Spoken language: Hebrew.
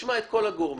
תשמע את כל הגורמים,